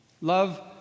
Love